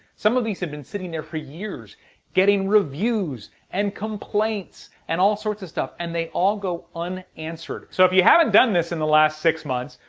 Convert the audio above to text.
some of these have been sitting there for years getting reviews and complaints and all sorts of stuff and they all go unanswered so if you haven't done this in the last six months,